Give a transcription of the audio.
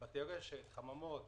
בתי רשת, חממות,